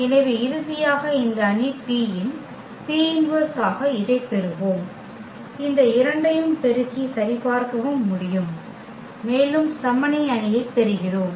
எனவே இறுதியாக இந்த அணி P இன் P−1 ஆக இதைப் பெறுவோம் இந்த இரண்டையும் பெருக்கி சரிபார்க்கவும் முடியும் மேலும் சமனி அணியைப் பெறுகிறோம்